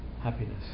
happiness